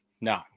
no